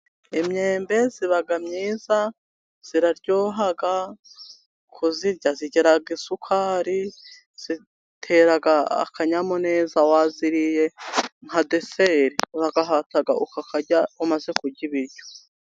Imyembe ni myiza, iraryoha. Kuyirya igira isukari, igatera akanyamuneza wayiriye nka deseri. Urawuhata ukawurya umaze kurya ibiryo.